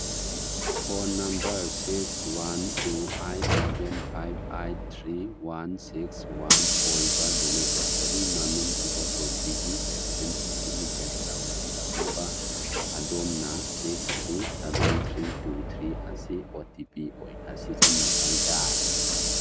phone number six one two eight seven five eight three one six one ꯑꯣꯏꯕ beneficiary ꯃꯃꯤꯡ ꯏꯕꯣꯇꯣꯝꯕꯤꯒꯤ vaccine certificate download ꯇꯧꯅꯕ ꯑꯗꯣꯝꯅ six three seven three two three ꯑꯁꯤ O T P ꯑꯣꯏꯅ ꯁꯤꯖꯤꯟꯅꯕ ꯌꯥꯏ